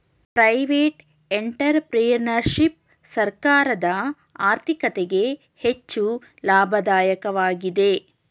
private entrepreneurship ಸರ್ಕಾರದ ಆರ್ಥಿಕತೆಗೆ ಹೆಚ್ಚು ಲಾಭದಾಯಕವಾಗಿದೆ